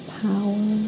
power